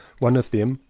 one of them,